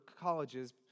colleges